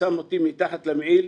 שם אותי מתחת למעיל.